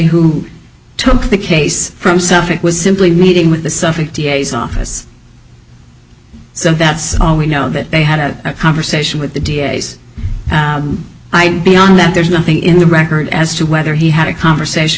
who took the case from suffolk was simply meeting with the suffolk d a s office so that's all we know that they had a conversation with the d a s beyond that there's nothing in the record as to whether he had a conversation